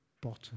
bottom